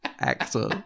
actor